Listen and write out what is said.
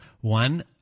One